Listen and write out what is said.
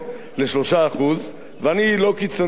ואני לא קיצוני כמו דב,